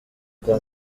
kwa